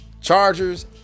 chargers